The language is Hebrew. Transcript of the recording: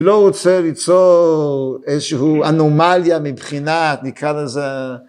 לא רוצה ליצור איזשהו אנומליה מבחינת נקרא לזה